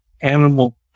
animal